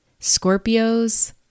Scorpios